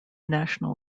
national